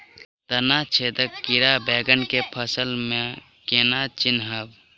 तना छेदक कीड़ा बैंगन केँ फसल म केना चिनहब?